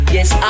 Yes